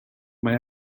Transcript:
mae